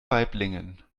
waiblingen